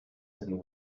and